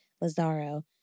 Lazaro